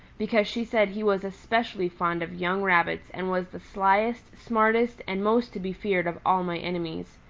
because she said he was especially fond of young rabbits and was the slyest, smartest and most to be feared of all my enemies.